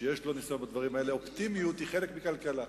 שיש לו ניסיון בדברים האלה, היא חלק מכלכלה.